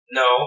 no